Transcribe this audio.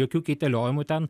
jokių kaitaliojimų ten